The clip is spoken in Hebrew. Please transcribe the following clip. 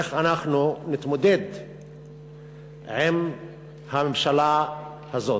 איך אנחנו נתמודד עם הממשלה הזאת.